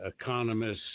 economists